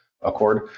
accord